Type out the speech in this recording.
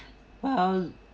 well